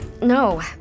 No